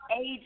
age